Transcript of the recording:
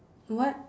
what